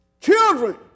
Children